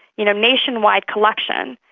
you know, nationwide collection,